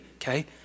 okay